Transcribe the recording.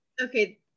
okay